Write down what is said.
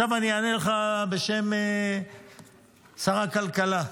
עכשיו אענה לך בשם שר הכלכלה.